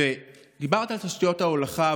דיברת על תשתיות ההולכה,